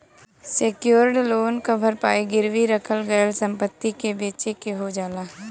secured loan क भरपाई गिरवी रखल गयल संपत्ति के बेचके हो जाला